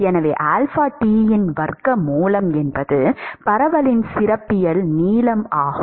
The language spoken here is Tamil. எனவே ஆல்பா T இன் வர்க்கமூலம் என்பது பரவலின் சிறப்பியல்பு நீளம் ஆகும்